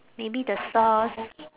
maybe the sauce